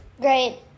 Great